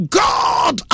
god